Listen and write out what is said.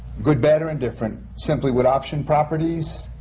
good, bad or indifferent, simply would option properties,